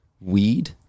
weed